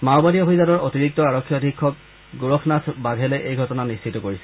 মাওবাদী অভিযানৰ অতিৰিক্ত আৰক্ষী অধীক্ষক গোৰখনাথ বাঘেলে এই ঘটনা নিশ্চিত কৰিছে